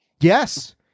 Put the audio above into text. Yes